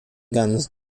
ganz